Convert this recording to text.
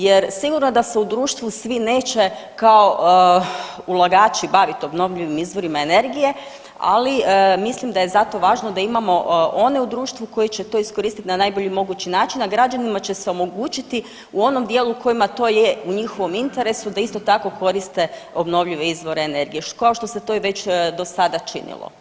Jer sigurno da se u društvu svi neće kao ulagači baviti obnovljivim izvorima energije, ali mislim da je zato važno da imamo one u društvu koji će to iskoristiti na najbolji mogući način, a građanima će se omogućiti u onom dijelu kojima je to u njihovom interesu da isto tako koriste obnovljive izvore energije kao što se to i već do sada činilo.